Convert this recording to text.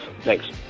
Thanks